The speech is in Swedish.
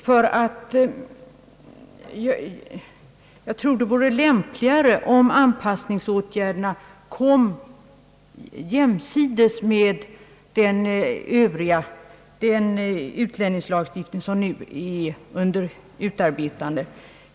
Enligt min uppfattning vore det lämpligare om anpassningsåtgärderna kom jämsides med den utlänningslagstiftning i Övrigt, som nu utarbetas.